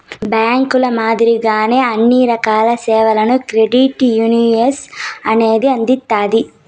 బ్యాంకుల మాదిరిగానే అన్ని రకాల సేవలను క్రెడిట్ యునియన్ అనేది అందిత్తాది